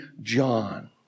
John